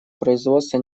производство